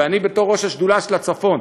ואני בתור ראש השדולה של הצפון,